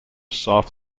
soft